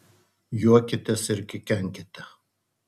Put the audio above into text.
juokitės ir kikenkite